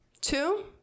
two